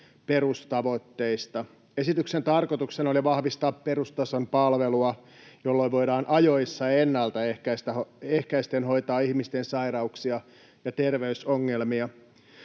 toteuttamiseksi. Esityksen tarkoituksena oli vahvistaa perustason palvelua, jolloin voidaan ajoissa ennaltaehkäisten hoitaa ihmisten sairauksia ja terveysongelmia.